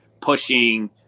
pushing